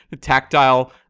tactile